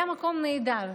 זה היה מקום נהדר.